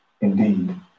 Indeed